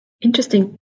Interesting